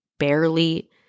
barely